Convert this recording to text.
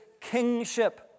kingship